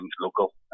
local